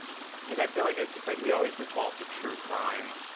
because i feel like it's just, like, we always default to true crime.